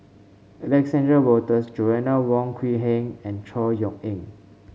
Alexander Wolters Joanna Wong Quee Heng and Chor Yeok Eng